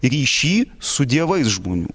ryšy su dievais žmonių